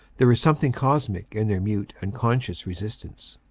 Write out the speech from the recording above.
there is something cosmic in their mute unconscious resistance,